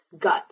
Gut